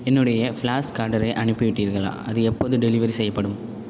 என்னுடைய ஃப்ளாஸ்க் ஆர்டரை அனுப்பிவிட்டீர்களா அது எப்போது டெலிவரி செய்யப்படும்